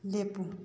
ꯂꯦꯞꯄꯨ